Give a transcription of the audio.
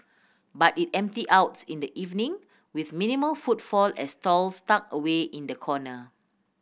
but it empties out in the evening with minimal footfall at stalls tucked away in the corner